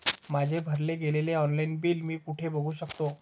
माझे भरले गेलेले ऑनलाईन बिल मी कुठे बघू शकतो?